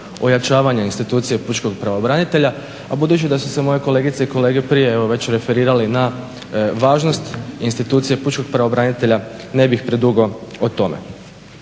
ojačavanje institucije pučkog pravobranitelja, a budući da su se moje kolegice i kolege prije već referirali na važnost institucije pučkog pravobranitelja ne bih predugo o tome.